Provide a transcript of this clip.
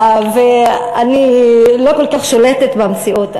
ואני לא כל כך שולטת במציאות,